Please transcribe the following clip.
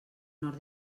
nord